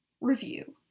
Review